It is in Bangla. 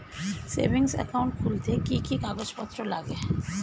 সেভিংস একাউন্ট খুলতে কি কি কাগজপত্র লাগে?